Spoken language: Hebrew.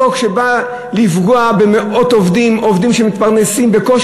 זה חוק שבא לפגוע במאות עובדים, עובדים שמתפרנסים,